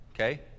Okay